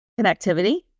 connectivity